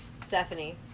Stephanie